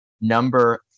number